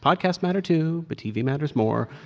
podcasts matter, too, but tv matters more.